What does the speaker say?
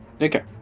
Okay